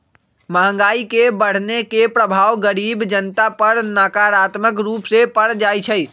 महंगाई के बढ़ने के प्रभाव गरीब जनता पर नकारात्मक रूप से पर जाइ छइ